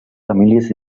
famílies